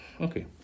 Okay